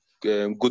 good